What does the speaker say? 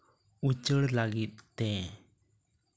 ᱩᱪᱟᱹᱲ ᱞᱟᱹᱜᱤᱫ ᱛᱮ